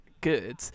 good